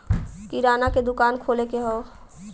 किराना के दुकान खोले के हौ